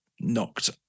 knocked